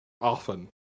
often